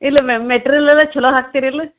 ಇಲ್ಲ ma'am material ಎಲ್ಲ ಛಲೋ ಹಾಕ್ತೀರಿಲ್ಲ